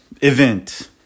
event